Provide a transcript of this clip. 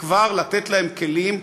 עוד פעם,